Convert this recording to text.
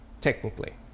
technically